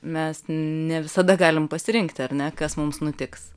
mes ne visada galim pasirinkti ar ne kas mums nutiks